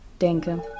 denke